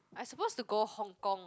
I suppose to go Hong-Kong